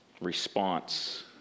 response